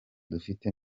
dufite